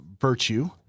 virtue